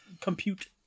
compute